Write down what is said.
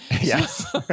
Yes